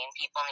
people